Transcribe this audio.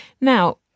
Now